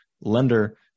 lender